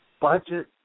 budget